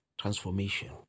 transformation